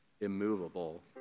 immovable